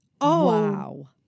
wow